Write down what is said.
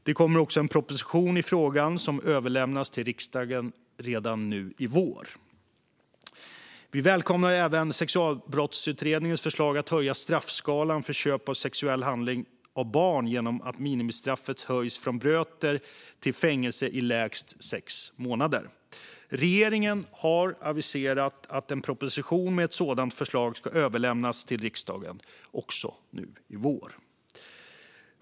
Det kommer också en proposition i frågan som överlämnas till riksdagen redan nu i vår. Vi välkomnar även sexualbrottsutredningens förslag att höja straffskalan för köp av sexuell handling av barn genom att minimistraffet höjs från böter till fängelse i lägst sex månader. Regeringen har aviserat att en proposition med ett sådant förslag ska överlämnas till riksdagen nu i vår.